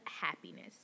happiness